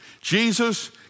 Jesus